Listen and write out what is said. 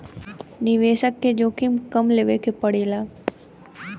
निवेसक के जोखिम कम लेवे के पड़ेला